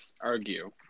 argue